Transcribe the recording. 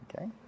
Okay